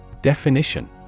Definition